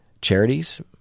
charities